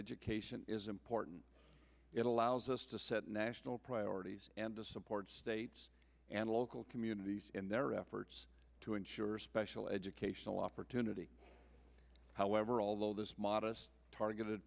education is important it allows us to set national priorities and to support states and local communities in their efforts to ensure a special educational opportunity however although this modest targeted